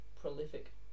prolific